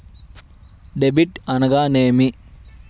Debit అనగానేమి?